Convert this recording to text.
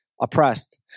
oppressed